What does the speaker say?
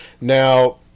Now